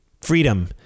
Freedom